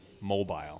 mobile